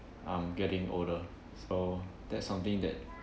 I'm getting older so that's something that